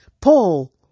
Paul